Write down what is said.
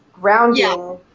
Grounding